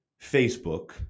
Facebook